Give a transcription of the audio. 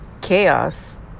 chaos